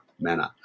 manner